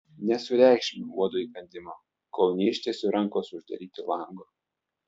nesureikšminu uodo įkandimo kol neištiesiu rankos uždaryti lango